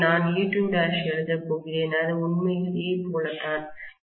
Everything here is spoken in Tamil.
எனவே நான் E2' எழுதப் போகிறேன் அது உண்மையில் E போலத்தான்